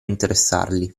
interessarli